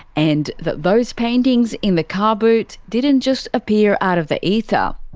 and that those paintings in the car boot. didn't just appear out of the ether.